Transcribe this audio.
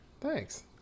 thanks